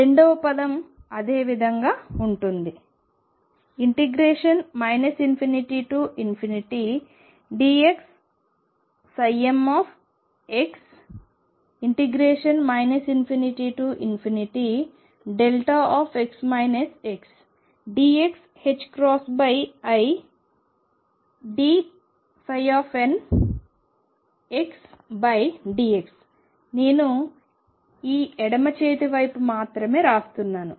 రెండవ పదం అదే విధంగా ఉంటుంది ∞dxmx ∞x xdxidnxdx నేను ఈ ఎడమ చేతి వైపు మాత్రమే రాస్తున్నాను